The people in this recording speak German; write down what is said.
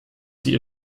die